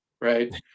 right